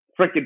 freaking